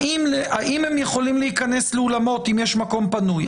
האם הם יכולים להיכנס לאולמות אם יש מקום פנוי?